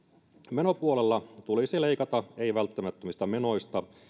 menopuolella tulisi leikata ei välttämättömistä menoista